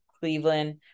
Cleveland